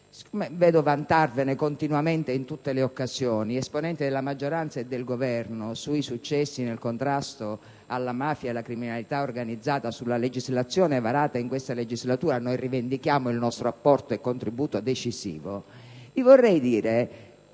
visto che vedo continuamente, in tutte le occasioni esponenti della maggioranza e del Governo vantarsi dei successi nel contrasto alla mafia e alla criminalità organizzata (sulla legislazione varata in questa legislatura noi rivendichiamo di aver dato il nostro apporto e contributo decisivo)